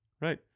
right